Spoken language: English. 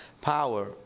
power